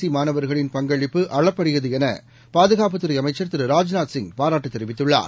C மாணவர்களின் பங்களிப்பு அளப்பரியது என பாதுகாப்புத்துறை அமைச்சர் திரு ராஜ்நாத் சிங் பாராட்டு தெரிவித்துள்ளார்